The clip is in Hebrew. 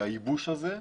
הייבוש הזה,